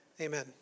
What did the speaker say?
amen